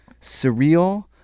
surreal